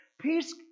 Peace